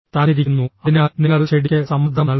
തന്നിരിക്കുന്നു അതിനാൽ നിങ്ങൾ ചെടിക്ക് സമ്മർദ്ദം നൽകുന്നു